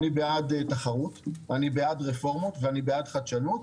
אני בעד תחרות ואני בעד רפורמות ואני בעד חדשנות,